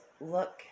look